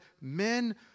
men